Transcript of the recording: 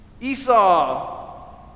Esau